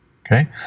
Okay